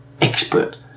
expert